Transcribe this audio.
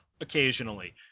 occasionally